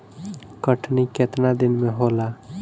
कटनी केतना दिन मे होला?